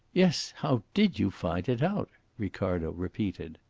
yes, how did you find it out? ricardo repeated.